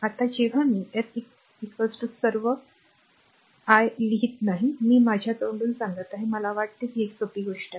आता जेव्हा मी s सर्व मी लिहित नाही मी माझ्या तोंडून सांगत आहे मला वाटते की ही एक सोपी गोष्ट आहे